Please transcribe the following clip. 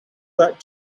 that